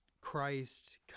Christ